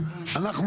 שלכם,